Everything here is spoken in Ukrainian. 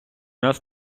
нас